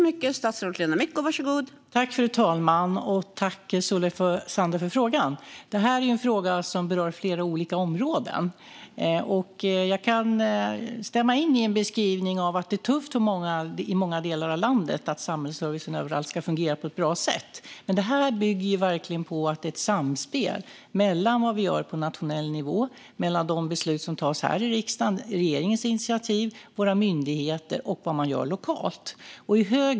Fru talman! Tack, Solveig Zander, för frågan! Detta är en fråga som berör flera olika områden. Jag kan stämma in i en beskrivning av att det är tufft i många delar av landet när det gäller att samhällsservicen överallt ska fungera på ett bra sätt. Det bygger verkligen på att det är ett samspel mellan vad vi gör på nationell nivå - de beslut som tas här i riksdagen, regeringens initiativ och våra myndigheter - och vad man gör lokalt.